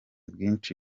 bwinshi